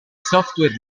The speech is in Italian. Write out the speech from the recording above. software